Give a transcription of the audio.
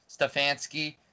Stefanski